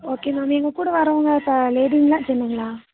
okay ma'am எங்கள்கூட வரவங்க இப்போ லேடிங்களா ஜென்னுங்களா